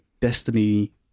destiny